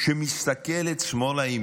שמסתכלת שמאלה,